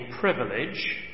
privilege